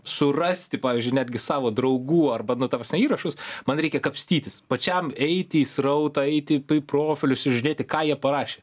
surasti pavyzdžiui netgi savo draugų arba nu ta prasme įrašus man reikia kapstytis pačiam eiti į srautą eit į profilius ir žiūrėti ką jie parašė